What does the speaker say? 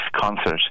concert